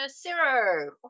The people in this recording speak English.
Zero